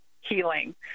healing